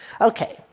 Okay